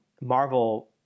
Marvel